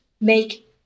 make